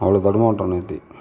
அவ்வளோ தடுமாற்றம் நேற்று